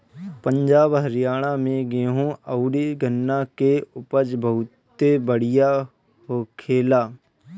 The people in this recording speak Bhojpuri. पंजाब, हरियाणा में गेंहू अउरी गन्ना के उपज बहुते बढ़िया होखेला